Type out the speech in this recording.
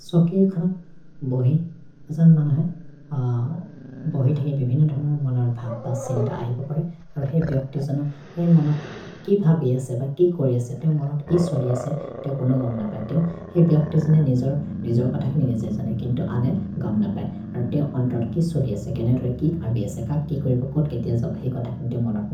सकि ए खनम् बहि, अजन् मन है बहि थेके बिभिनर् धनर् मनर् भाप् ब स्चेने त अहि प प्रए। अरो हे बिहक्ति जन हे मनत् कि भाबि यसे भै कि कोरि यसे तेओ मनत् कि सोलि यसे तेओ अनु गम् न पए। तेओ हे बिहक्ति जने निजोर्, निजोर् कथ कि निजहे जने, किन्तु अने गम् न पए। अरो तेओ अन्तात् कि सोलि यसे, केनेरो हे किक् भाबि यसे क, कि कोरिब कोत् केति अज भै कथ किन्तु मनत्